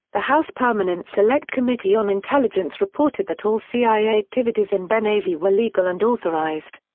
the house permanent select committee on intelligence reported that all cia activities in benghazi were legal and authorized.